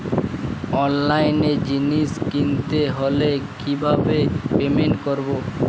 অনলাইনে জিনিস কিনতে হলে কিভাবে পেমেন্ট করবো?